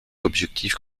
objectif